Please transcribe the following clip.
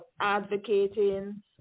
advocating